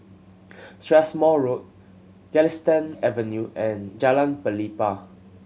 Strathmore Road Galistan Avenue and Jalan Pelepah